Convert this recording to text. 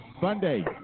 Sunday